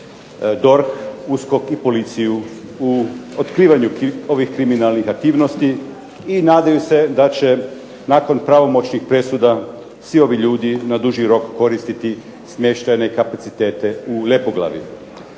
DORH, USKOK i Policiju u otkrivanju ovih kriminalnih aktivnosti i nadaju se da će nakon pravomoćnih presuda svi ovi ljudi na duži rok koristiti smještajne kapacitete u Lepoglavi.